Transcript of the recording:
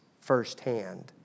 firsthand